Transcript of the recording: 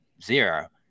Zero